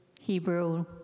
Hebrew